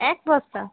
এক বস্তা